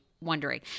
wondering